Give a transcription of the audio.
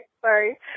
sorry